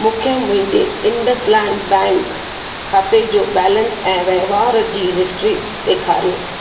मूंखे मुंहिंजे IndusInd bank खाते जो बैलेंस ऐं वहिंवार जी हिस्ट्री ॾेखारियो